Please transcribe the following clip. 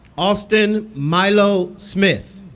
austin mylo smith